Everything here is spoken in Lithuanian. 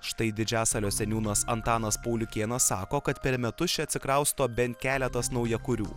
štai didžiasalio seniūnas antanas pauliukėnas sako kad per metus čia atsikrausto bent keletas naujakurių